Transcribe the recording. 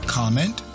comment